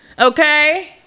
Okay